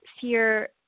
fear